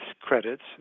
credits